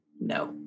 No